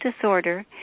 disorder